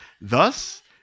Thus